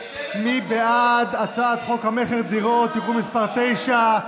מי בעד הצעת חוק המכר (דירות) (תיקון מס' 9)?